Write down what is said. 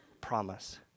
promise